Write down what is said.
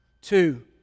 Two